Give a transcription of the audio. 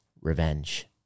revenge